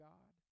God